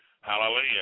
Hallelujah